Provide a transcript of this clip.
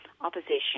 opposition